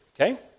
Okay